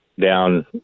down